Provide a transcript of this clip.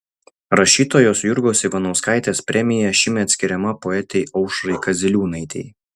rašytojos jurgos ivanauskaitės premija šįmet skiriama poetei aušrai kaziliūnaitei